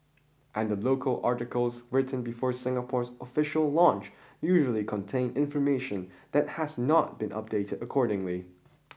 and the local articles written before Singapore's official launch usually contain information that has not been updated accordingly